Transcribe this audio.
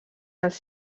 els